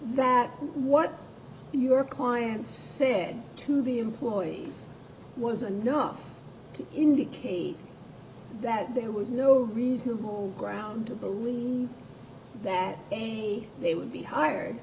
that what your clients said to the employees was a not to indicate that there was no reasonable grounds to believe that they would be hired